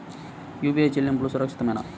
UPI చెల్లింపు సురక్షితమేనా?